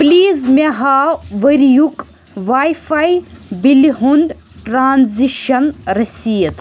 please مےٚ ہاو ؤرۍ یُک واے فاے بلہِ ہُنٛد ٹرانزشن رٔسیٖد